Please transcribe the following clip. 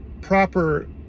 proper